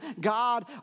God